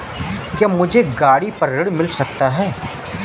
क्या मुझे गाड़ी पर ऋण मिल सकता है?